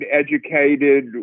educated